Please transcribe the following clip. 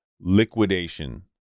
liquidation